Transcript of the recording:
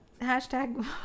Hashtag